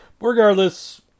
Regardless